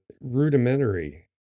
rudimentary